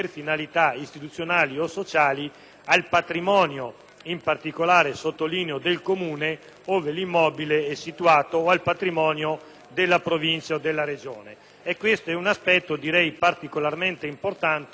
in particolare - lo sottolineo - del comune ove l'immobile è situato, o al patrimonio della Provincia o della Regione. Questo è un aspetto particolarmente importante anche nell'ottica complessiva - mi limito ad accennarlo